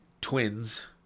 twins